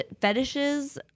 fetishes